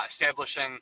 establishing